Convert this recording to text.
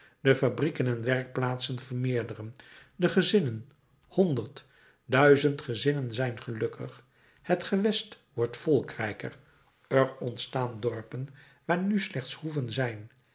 de fabrieken en werkplaatsen vermeerderen de gezinnen honderd duizend gezinnen zijn gelukkig het gewest wordt volkrijker er ontstaan dorpen waar nu slechts hoeven zijn